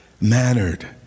mattered